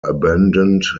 abandoned